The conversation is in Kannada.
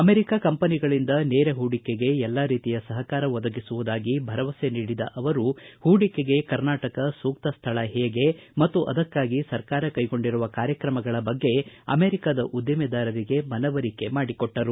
ಅಮೆರಿಕ ಕಂಪನಿಗಳಿಂದ ನೇರ ಹೂಡಿಕೆಗೆ ಎಲ್ಲಾ ರೀತಿಯ ಸಹಕಾರ ಒದಗಿಸುವುದಾಗಿ ಭರವಸೆ ನೀಡಿದ ಅವರು ಹೂಡಿಕೆಗೆ ಕರ್ನಾಟಕ ಸೂಕ್ತ ಸ್ಥಳ ಹೇಗೆ ಮತ್ತು ಅದಕ್ಕಾಗಿ ಸರ್ಕಾರ ಕೈಗೊಂಡಿರುವ ಕಾರ್ಯತ್ರಮಗಳ ಬಗ್ಗೆ ಅಮೆರಿಕದ ಉದ್ದಿಮೆದಾರರಿಗೆ ಮನವರಿಕೆ ಮಾಡಿಕೊಟ್ಟರು